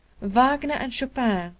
wagner and chopin,